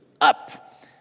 Up